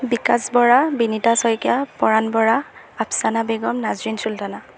Bikash Bora Binita Saikia Paran Bora Afsana Begum Nazrin Sultana